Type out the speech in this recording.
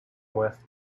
with